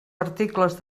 articles